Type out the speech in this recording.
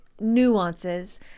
nuances